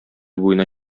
буена